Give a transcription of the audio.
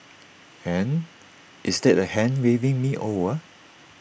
and is that A hand waving me over